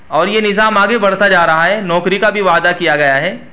اور یہ نظام آگے بڑھتا جا رہا ہے نوکری کا بھی وعدہ کیا گیا ہے